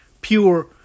pure